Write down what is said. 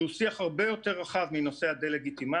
שהוא שיח הרבה יותר רחב מנושא הדה-לגיטימציה,